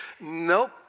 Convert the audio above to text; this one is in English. Nope